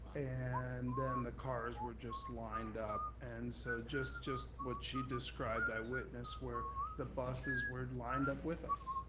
and then the cars were just lined up and so just just what she described i witnessed where the buses were lined up with us.